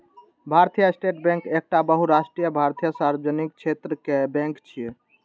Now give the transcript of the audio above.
भारतीय State Bank एकटा बहुराष्ट्रीय भारतीय सार्वजनिक क्षेत्रक बैंक छियै